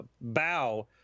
bow